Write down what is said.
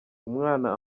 umwana